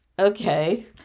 Okay